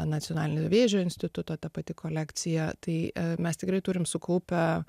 nacionalinio vėžio instituto ta pati kolekcija tai mes tikrai turim sukaupę